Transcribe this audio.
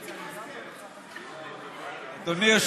אדוני.